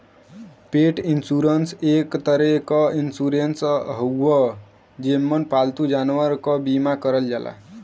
पेट इन्शुरन्स एक तरे क इन्शुरन्स हउवे जेमन पालतू जानवरन क बीमा करल जाला